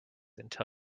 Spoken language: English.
until